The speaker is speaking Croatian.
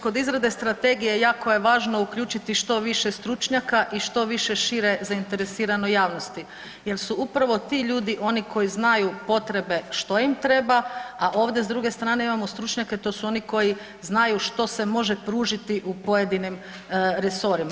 Kod izrade strategije jako je važno uključiti što više stručnjaka i što više šire zainteresirane javnosti, jer su upravo ti ljudi oni koji znaju potrebe što im treba, a ovdje s druge strane imamo stručnjake to su oni koji znaju što se može pružiti u pojedinim resorima.